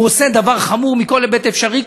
הוא עושה דבר חמור מכל היבט אפשרי,